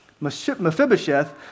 Mephibosheth